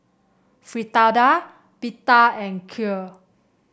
Fritada Pita and Kheer